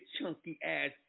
chunky-ass